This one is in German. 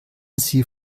sie